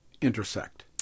intersect